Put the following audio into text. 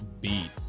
beat